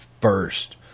first